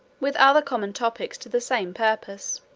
with other common topics to the same purpose.